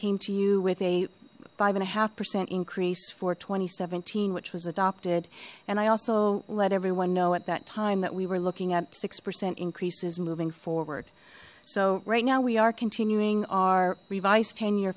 came to you with a five and a half percent increase for two thousand and seventeen which was adopted and i also let everyone know at that time that we were looking at six percent increases moving forward so right now we are continuing our revised ten year